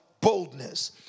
Boldness